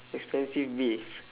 expensive beef